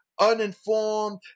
uninformed